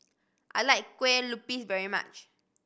I like kue lupis very much